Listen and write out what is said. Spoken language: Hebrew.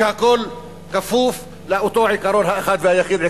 שהכול כפוף לאותו עיקרון האחד והיחיד,